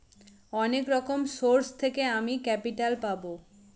অনেক রকম সোর্স থেকে আমি ক্যাপিটাল পাবো